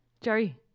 Jerry